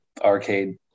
arcade